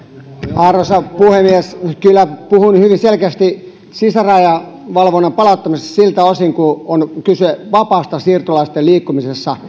arvoisa puhemies kyllä puhuin hyvin selkeästi sisärajavalvonnan palauttamisesta siltä osin kuin on kyse vapaasta siirtolaisten liikkumisesta